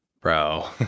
bro